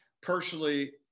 personally